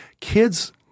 kids